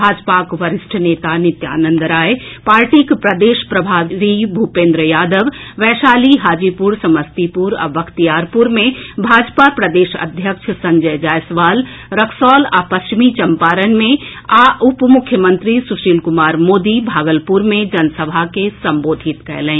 भाजपाक वरिष्ठ नेता नित्यानंद राय पार्टीक प्रदेश प्रभारी भूपेन्द्र यादव वैशाली हाजीपुर समस्तीपुर आ बख्तियारपुर मे भाजपा प्रदेश अध्यक्ष संजय जायसवाल रक्सौल आ पश्चिमी चंपारण मे आ उप मुख्यमंत्री सुशील कुमार मोदी भागलपुर मे जनसभा के संबोधित कयलनि